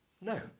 No